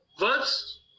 Words